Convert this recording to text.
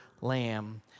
lamb